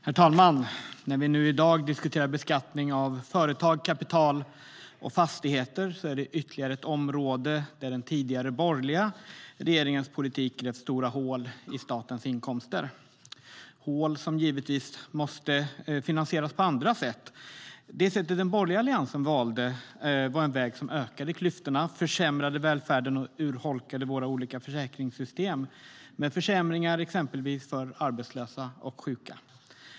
Herr talman! När vi nu i dag diskuterar beskattning av företag, kapital och fastigheter är det ytterligare ett område där den tidigare, borgerliga regeringens politik grävt stora hål i statens inkomster - hål som givetvis måste finansieras på andra sätt. Det sätt som den borgerliga alliansen valde var en väg som ökade klyftorna, försämrade välfärden och urholkade våra olika försäkringssystem, med försämringar för exempelvis arbetslösa och sjuka.